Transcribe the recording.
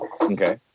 Okay